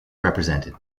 represented